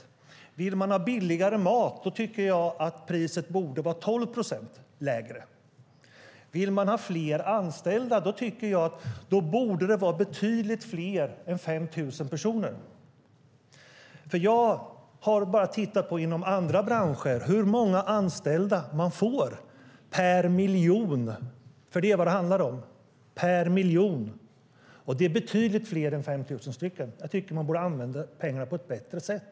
Om man vill ha billigare mat tycker jag att priset borde vara 12 procent lägre. Om man vill ha fler anställda tycker jag att det borde vara betydligt fler än 5 000 personer. Jag har tittat på hur det ser ut inom andra branscher. Hur många anställda får man per miljon? Det är vad det handlar om, och det är betydligt fler än 5 000 stycken. Jag tycker att man borde använda pengarna på ett bättre sätt.